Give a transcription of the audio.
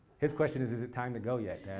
his question is is it time to go yet,